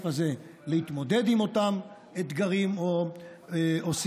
הזה להתמודד עם אותם אתגרים או סיוטים,